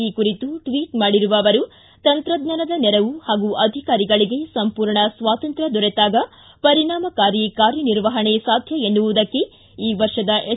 ಈ ಕುರಿತು ಟ್ವಿಚ್ ಮಾಡಿರುವ ಅವರು ತಂತ್ರಜ್ಞಾನದ ನೆರವು ಹಾಗೂ ಅಧಿಕಾರಿಗಳಿಗೆ ಸಂಪೂರ್ಣ ಸ್ವಾತಂತ್ರ್ಯ ದೊರೆತಾಗ ಪರಿಣಾಮಕಾರಿ ಕಾರ್ಯನಿರ್ವಹಣೆ ಸಾಧ್ಯ ಎನ್ನುವುದಕ್ಕೆ ಈ ವರ್ಷದ ಎಸ್